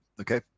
okay